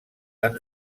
han